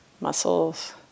muscles